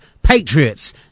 Patriots